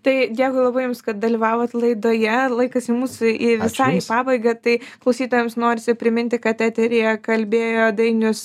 tai dėkui labai jums kad dalyvavot laidoje laikas jau mūsų į visai į pabaigą tai klausytojams norisi priminti kad eteryje kalbėjo dainius